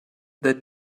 that